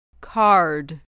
Card